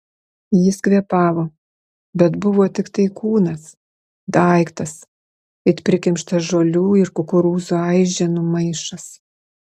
jis kvėpavo bet buvo tiktai kūnas daiktas it prikimštas žolių ir kukurūzų aiženų maišas